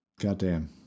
Goddamn